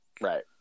right